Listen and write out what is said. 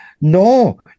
No